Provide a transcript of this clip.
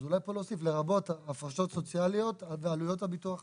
אז אולי פה להוסיף "לרבות הפרשות סוציאליות עד עלויות הביטוח הלאומי".